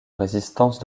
résistance